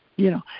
you know,